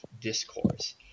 discourse